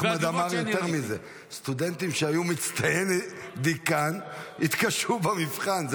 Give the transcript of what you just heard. אחמד אמר יותר מזה: סטודנטים שהיו מצטייני דיקן התקשו במבחן.